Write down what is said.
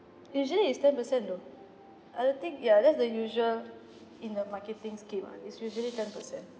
usually is ten percent though I don't think ya that's the usual in the marketing scheme ah it's usually ten percent